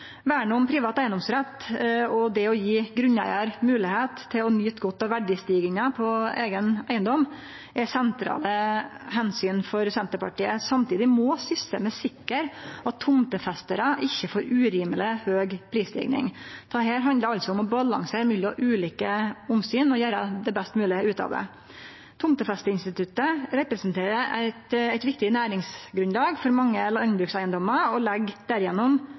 om privat eigedomsrett og det å gje grunneigaren moglegheit til å nyte godt av verdistiginga på eigen eigedom er sentrale omsyn for Senterpartiet. Samtidig må systemet sikre at tomtefestarar ikkje får urimeleg høg prisstiging. Dette handlar altså om å balansere mellom ulike omsyn og gjere det best moglege ut av det. Tomtefesteinstituttet representerer eit viktig næringsgrunnlag for mange landbrukseigedommar og legg gjennom